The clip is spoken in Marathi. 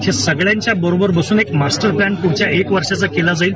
या सगळ्यांबरोबर बसून एक मास्टर प्लान पुढच्या एक वर्षासाठी केला जाईल